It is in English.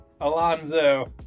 Alonzo